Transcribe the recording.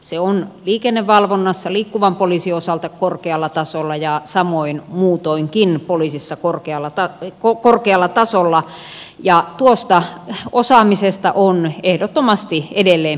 se on liikennevalvonnassa liikkuvan poliisin osalta korkealla tasolla ja samoin muutoinkin poliisissa korkealla tasolla ja tuosta osaamisesta on ehdottomasti edelleen pidettävä kiinni